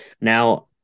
now